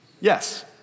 Yes